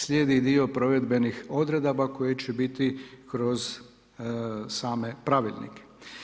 Slijedi dio provedbenih odredaba koje će biti kroz same pravilnike.